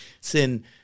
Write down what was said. sin